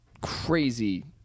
crazy